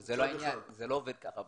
אבל זה לא העניין, זה לא עובד ככה בנמל.